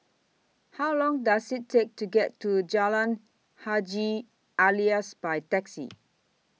How Long Does IT Take to get to Jalan Haji Alias By Taxi